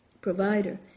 provider